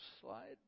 slide